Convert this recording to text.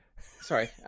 Sorry